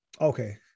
okay